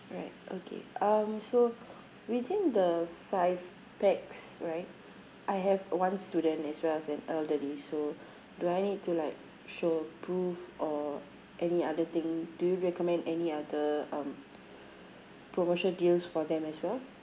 alright okay um so within the five pax right I have one student as well as an elderly so do I need to like show proof or any other thing do you recommend any other um promotion deals for them as well